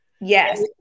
Yes